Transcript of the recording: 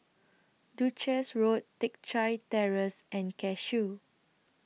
Duchess Road Teck Chye Terrace and Cashew